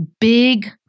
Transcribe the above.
big